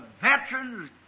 veterans